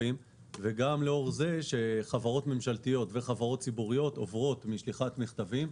וגם לאור זה שחברות ממשלתיות וחברות ציבוריות עוברות משליחת מכתבים,